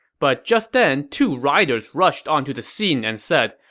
but just then, two riders rushed onto the scene and said,